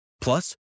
Plus